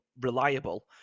reliable